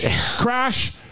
crash